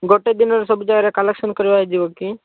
ଗୋଟେ ଦିନରେ ସବୁଜାଗାରେ କଲେକ୍ସନ୍ କରିବା ଯିବ କି